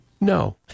No